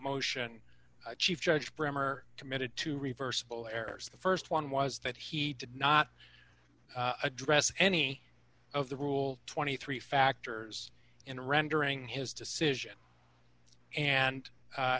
motion chief judge bremer committed to reversible errors the st one was that he did not address any of the rule twenty three factors in rendering his decision and